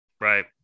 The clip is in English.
Right